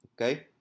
okay